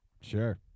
Sure